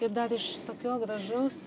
ir dar iš šitokio gražaus